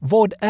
Vad